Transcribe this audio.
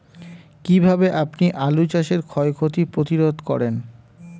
কীভাবে আপনি আলু চাষের ক্ষয় ক্ষতি প্রতিরোধ করেন?